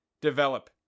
develop